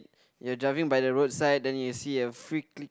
you're driving by the roadside then you see a freaky